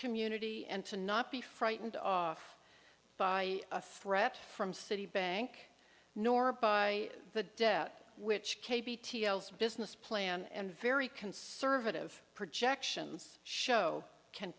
community and to not be frightened off by a threat from citibank nor by the debt which is business plan and very conservative projections show can